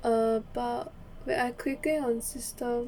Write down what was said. about wait I clicking on system